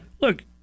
look